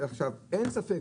אין ספק,